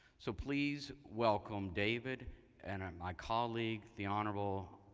so please welcome, david and um my colleague, the honorable,